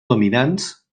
dominants